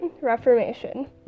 Reformation